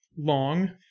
long